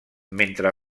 mentre